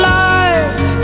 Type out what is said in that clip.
life